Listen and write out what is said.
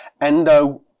Endo